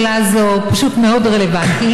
השאלה הזאת פשוט מאוד רלוונטית.